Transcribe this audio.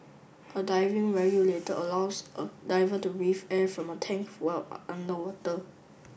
a diving regulator allows a diver to breathe air from a tank while underwater